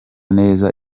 neza